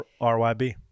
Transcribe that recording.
RYB